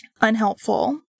unhelpful